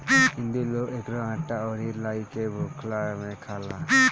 हिंदू लोग एकरो आटा अउरी लाई के भुखला में खाला